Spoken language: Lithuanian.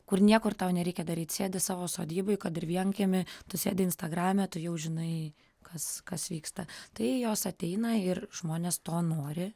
kur niekur tau nereikia daryti sėdi savo sodyboj kad ir vienkiemy tu sėdi instagrame tu jau žinai kas kas vyksta tai jos ateina ir žmonės to nori